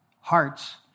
hearts